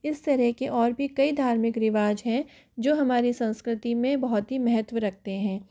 इस तरह के और भी कई धार्मिक रिवाज है जो हमारी संस्कृति में बहुत ही महत्व रखते हैं